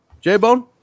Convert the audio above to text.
J-Bone